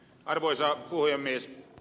arvoisa puhemies